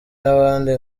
n’abandi